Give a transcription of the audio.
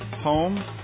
home